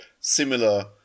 similar